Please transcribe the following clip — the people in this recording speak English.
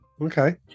okay